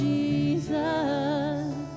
Jesus